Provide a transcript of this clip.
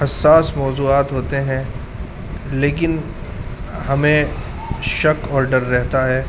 حساس موضوعات ہوتے ہیں لیکن ہمیں شک اور ڈر رہتا ہے